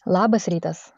labas rytas